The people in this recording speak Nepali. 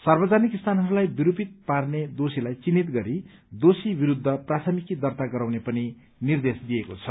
सार्वजनिक स्थानहरूलाई विरूपित पार्ने दोषीलाई चिन्हित गरी दोषी विरूद्ध प्राथमिकी दर्ता गराउने पनि निर्देश दिएको छ